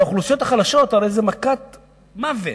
לאוכלוסיות החלשות הרי זה מכת מוות.